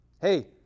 hey